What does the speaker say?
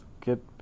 get